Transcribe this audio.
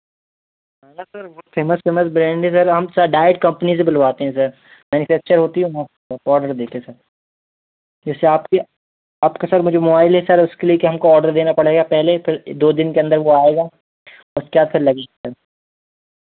हाँ सर बहुत famous famous brand है सर हम डायरेक्ट कंपनी से बुलवाते हैं सर मैनुफेक्चर होती है वहां ऑर्डर दे के देखिए सर जैसे आपकी आपका सर जो मोबाइल है उसके लिए क्या हमको आर्डर देना पड़ेगा पहले फिर दो दिन के अंदर वो आएगा उसके बाद फिर लगेगा